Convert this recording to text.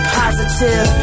positive